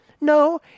No